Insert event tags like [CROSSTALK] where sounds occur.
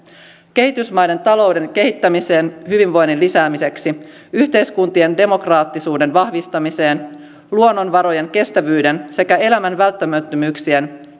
kehitysmaiden talouden kehittämiseen hyvinvoinnin lisäämiseksi yhteiskuntien demokraattisuuden vahvistamiseen luonnonvarojen kestävyyden sekä elämän välttämättömyyksien [UNINTELLIGIBLE]